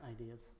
Ideas